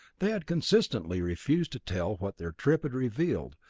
they had consistently refused to tell what their trip had revealed,